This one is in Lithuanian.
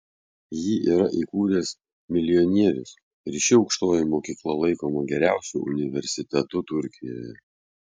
jį yra įkūręs milijonierius ir ši aukštoji mokykla laikoma geriausiu universitetu turkijoje